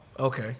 Okay